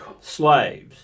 slaves